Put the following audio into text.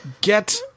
Get